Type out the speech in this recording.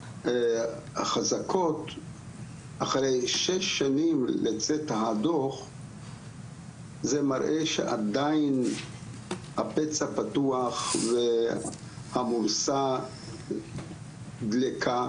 החזקות אחרי שש שנים לצאת הדוח זה מראה שעדיין הפצע פתוח והמורסה דלקה